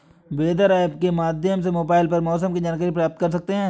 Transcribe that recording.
weather app के माध्यम से मोबाइल पर मौसम की जानकारी प्राप्त कर सकते हैं